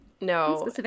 No